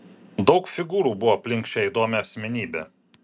daug figūrų buvo aplink šią įdomią asmenybę